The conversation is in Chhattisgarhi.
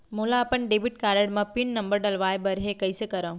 मोला अपन डेबिट कारड म पिन नंबर डलवाय बर हे कइसे करव?